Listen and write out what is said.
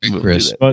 Chris